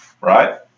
right